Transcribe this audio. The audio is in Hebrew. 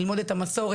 ללמוד את המסורת,